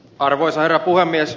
arvoisa herra puhemies